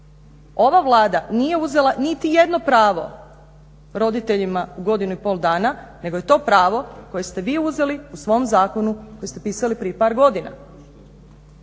Ova Vlada nije uzela niti jedno pravo roditeljima u godinu i pol dana, nego je to pravo koje ste vi uzeli u svom zakonu koje ste pisali prije par godina.